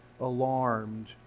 alarmed